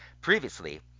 Previously